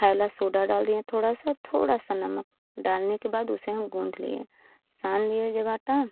खाये वाला सोडा डाल दिए थोड़ा सा थोड़ा सा नमक डालने के बाद उसे हम गूंथ लिए सान लिए जब आटा